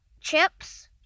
chips